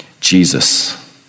Jesus